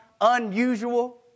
unusual